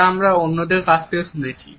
যা আমরা অন্যদের কাছ থেকে শুনেছি